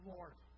Lord